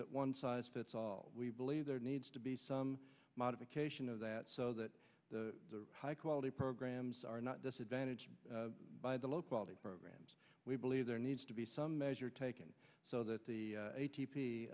that one size fits all we believe there needs to be some modification of that so that the high quality programs are not disadvantaged by the low quality programs we believe there needs to be some measure taken so that the a